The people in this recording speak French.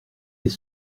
les